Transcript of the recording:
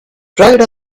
pride